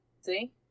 see